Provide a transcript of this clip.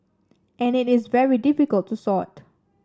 and it is very difficult to sort